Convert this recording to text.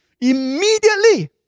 immediately